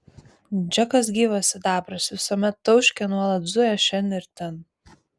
džekas gyvas sidabras visuomet tauškia nuolat zuja šen ir ten